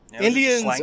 Indians